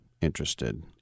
interested